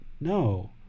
No